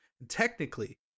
Technically